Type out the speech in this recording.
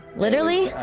literally?